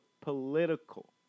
political